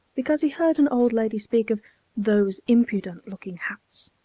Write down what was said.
because he heard an old lady speak of those impudent-looking hats,